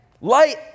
Light